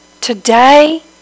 today